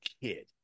kid